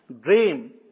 dream